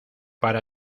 para